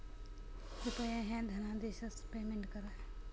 कृपया ह्या धनादेशच पेमेंट करा